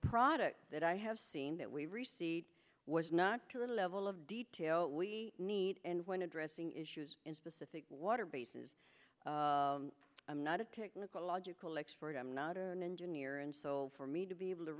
products that i have seen that we received was not to the level of detail we need and when addressing issues in specific water bases i'm not a technical logical expert i'm not an engineer and so for me to be able to